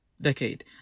decade